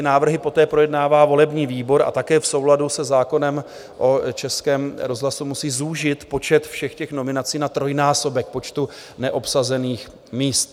Návrhy poté projednává volební výbor a také v souladu se zákonem o Českém rozhlasu musí zúžit počet nominací na trojnásobek počtu neobsazených míst.